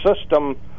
system